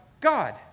God